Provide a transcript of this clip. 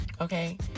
okay